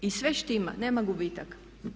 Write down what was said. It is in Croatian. I sve štima, nema gubitaka.